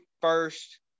first